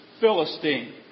Philistine